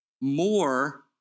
more